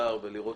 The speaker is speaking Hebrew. לראות